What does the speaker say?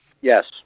Yes